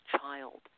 child